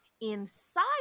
inside